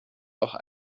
auch